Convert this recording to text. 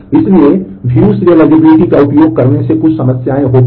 इसलिए view serializablity का उपयोग करने से कुछ समस्याएं होती हैं